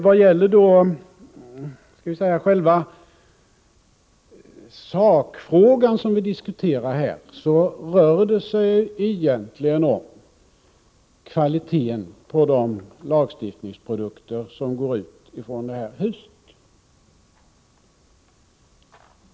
Vad gäller låt mig säga själva sakfrågan, som vi diskuterar här, rör det sig egentligen om kvaliteten på de lagstiftningsprodukter som går ut ifrån det här huset.